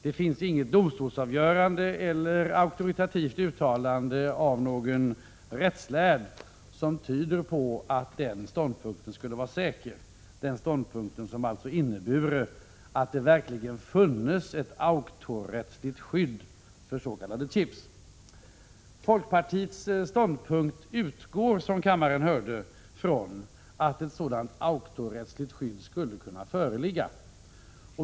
Det finns alltså inget domstolsavgörande eller auktoritativt uttalande av någon rättslärd som styrker utredningens ståndpunkt, som skulle innebära att det verkligen funnes ett auktorrättsligt skydd för s.k. chips. Folkpartiets ståndpunkt utgår, som kammaren hörde, från att ett sådant auktorrättsligt skydd skulle kunna föreligga.